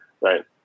right